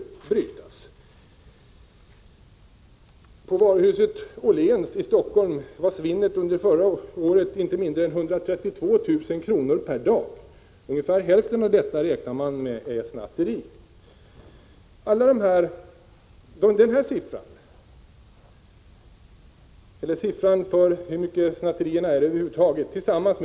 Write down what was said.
Bara på exempelvis varuhuset Åhléns i Stockholm var svinnet under förra året inte mindre än 132 000 kr. per dag, och man räknar med att snatteri står för ungefär hälften av detta.